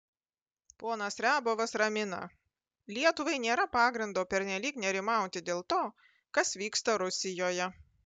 ponas riabovas ramina lietuvai nėra pagrindo pernelyg nerimauti dėl to kas vyksta rusijoje